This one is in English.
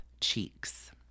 cheeks